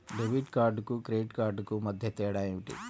Debit కార్డుకు credit credit కార్డుకు మధ్య తేడా ఏమిటీ?